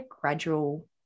gradual